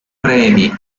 premi